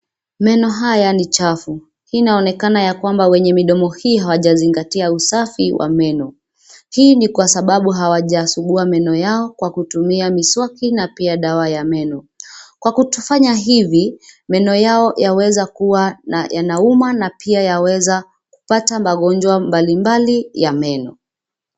Meno haya ni chafu. Hii inaonekana ya kwamba wenye midomo hii hawajazingatia usafi wa meno. Hii ni kwa sababu hawajasugua meno yao kwa kutumia miswaki na pia dawa ya meno. Kwa kutofanya hivi, meno yao yaweza kuwa yanauma na pia yaweza kupata magonjwa mbalimbali ya meno.